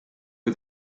who